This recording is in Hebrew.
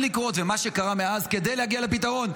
לקרות ואת מה שקרה מאז כדי להגיע לפתרון.